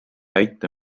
aita